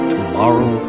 Tomorrow